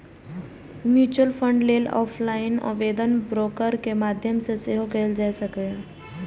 mutual fund लेल offline आवेदन broker के माध्यम सं सेहो कैल जा सकैए